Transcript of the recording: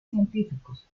científicos